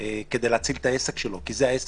כדי להציל את העסק שלהם.